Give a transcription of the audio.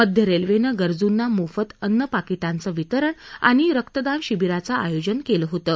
मध्य रेल्वेनं गरजूंना मोफत अन्न पाकिटांचं वितरण आणि रक्तदान शिविराचं आयोजन केलं होतं